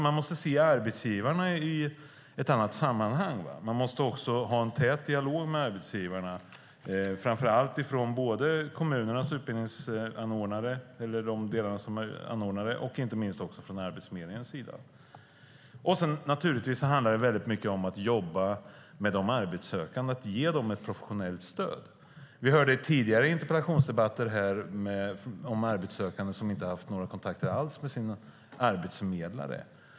Man måste se arbetsgivarna i ett annat sammanhang och också ha en tät dialog med dem, framför allt från kommunernas utbildningsanordnares sida men också - inte minst - från Arbetsförmedlingens sida. Naturligtvis handlar det mycket om att jobba med de arbetssökande och ge dem ett professionellt stöd. Vi hörde i tidigare interpellationsdebatter om arbetssökande som inte haft några kontakter alls med sina arbetsförmedlare.